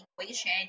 equation